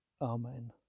Amen